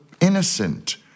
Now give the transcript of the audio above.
innocent